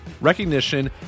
recognition